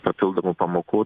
papildomų pamokų